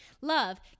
Love